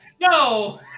No